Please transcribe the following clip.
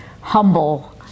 humble